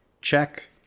check